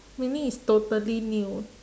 meaning it's totally new